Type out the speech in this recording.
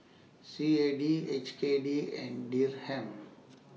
C A D H K D and Dirham